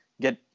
get